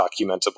documentable